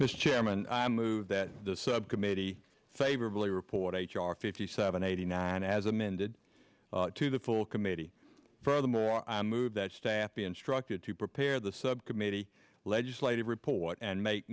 mr chairman i move that the subcommittee favorably report h r fifty seven eighty nine as amended to the full committee furthermore i move that staff be instructed to prepare the subcommittee legislative report and make